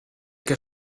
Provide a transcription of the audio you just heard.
que